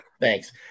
Thanks